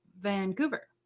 vancouver